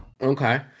okay